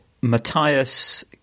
Matthias